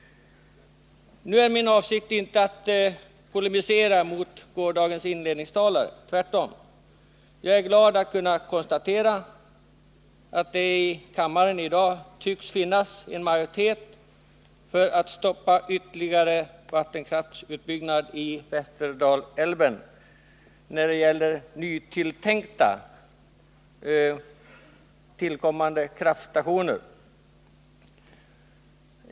Nu är min avsikt inte att polemisera mot gårdagens inledningstalare. Tvärtom är jag glad att kunna konstatera att det i kammaren i dag tycks finnas en majoritet för att stoppa ytterligare vattenkraftsutbyggnad i Västerdalälven när det gäller tilltänkta nytillkommande kraftstationer.